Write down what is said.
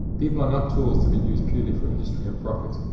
people are not tools to be used purely for industry and profit.